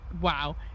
wow